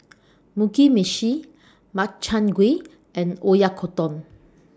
Mugi Meshi Makchang Gui and Oyakodon